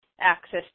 access